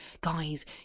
guys